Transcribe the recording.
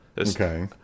Okay